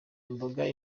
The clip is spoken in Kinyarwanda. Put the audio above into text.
imboga